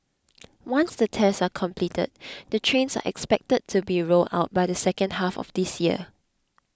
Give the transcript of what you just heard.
once the tests are completed the trains are expected to be rolled out by the second half of this year